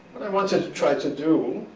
i wanted to try to do,